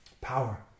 power